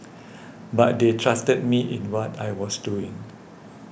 but they trusted me in what I was doing